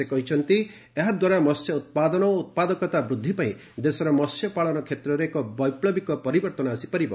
ସେ କହିଛନ୍ତି ଏହା ଦ୍ୱାରା ମସ୍ୟ ଉତ୍ପାଦନ ଓ ଉତ୍ପାଦକତା ବୃଦ୍ଧି ପାଇଁ ଦେଶର ମସ୍ୟ ପାଳନ କ୍ଷେତ୍ରରେ ଏକ ବୈପ୍ଲବିକ ପରିବର୍ତ୍ତନ ଆସିପାରିବ